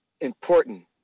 important